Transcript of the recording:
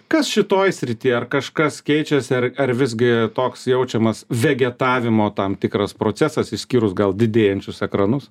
kas šitoj srity ar kažkas keičiasi ar ar visgi toks jaučiamas vegetavimo tam tikras procesas išskyrus gal didėjančius ekranus